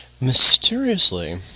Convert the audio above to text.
mysteriously